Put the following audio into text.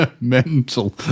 mental